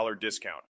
discount